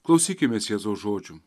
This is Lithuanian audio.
klausykimės jėzaus žodžių